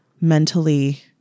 mentally